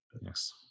yes